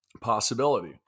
possibility